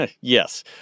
Yes